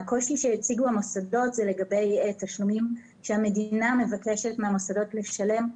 הקושי שהציגו המוסדות זה לגבי תשלומים שהמדינה מבקשת מהמוסדות לשלם,